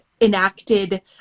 enacted